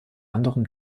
anderem